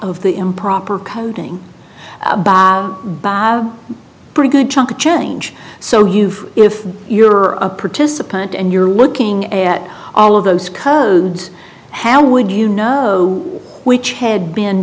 of the improper coding by a pretty good chunk of change so you've if you're a participant and you're looking at all of those code how would you know which had been